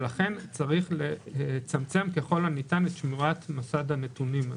לכן צריך לצמצם ככל הניתן את שמירת מסד הנתונים הזה.